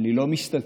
אני לא מסתתרת,